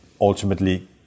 ultimately